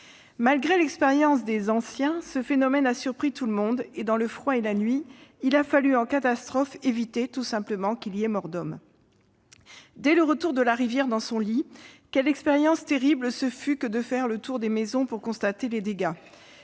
Malgré l'expérience des « anciens », ce phénomène a surpris tout le monde et, dans le froid et la nuit, il a fallu en catastrophe éviter, tout simplement, qu'il y ait mort d'homme. Dès le retour de la rivière dans son lit, quelle expérience terrible ce fut que de faire le tour des maisons pour constater les dégâts,